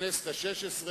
ואז אנה אנו באים,